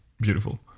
beautiful